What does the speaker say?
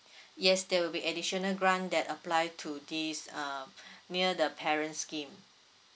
yes there will be additional grant that apply to this uh near the parent scheme